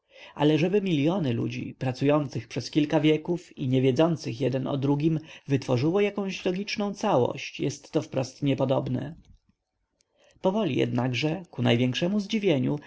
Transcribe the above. ale żeby miliony ludzi pracujących przez kilka wieków i niewiedzących jeden o drugim wytworzyło jakąś logiczną całość jest to wprost niepodobne powoli jednakże ku największemu zdziwieniu